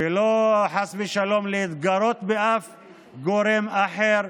ולא חס ושלום להתגרות בשום גורם אחר.